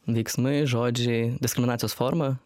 veiksmai žodžiai diskriminacijos forma